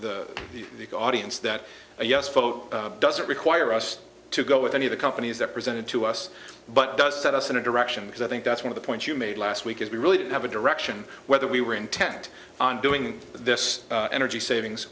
the audience that a yes vote doesn't require us to go with any of the companies that presented to us but it does set us in a direction because i think that's one of the points you made last week is we really did have a direction whether we were intent on doing this energy savings